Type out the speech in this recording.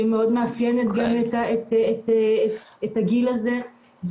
שמאוד מאפיינת גם את הגיל הזה,